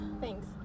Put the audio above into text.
Thanks